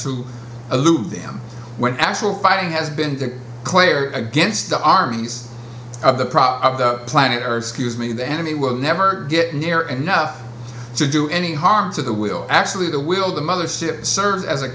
elude them when actual fighting has been to clay or against the armies of the prop the planet earth scuse me the enemy will never get near enough to do any harm to the will actually the will the mother ship serves as a